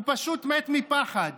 הוא פשוט מת מפחד.